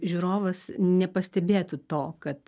žiūrovas nepastebėtų to kad